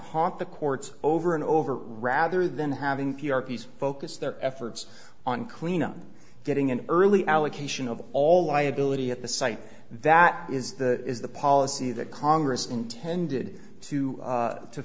haunt the courts over and over rather than having p r piece focus their efforts on cleanup getting an early allocation of all liability at the site that is that is the policy that congress intended to